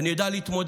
אני יודע להתמודד.